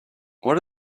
what